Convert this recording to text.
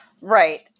Right